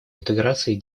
интеграции